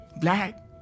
Black